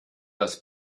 das